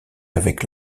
avec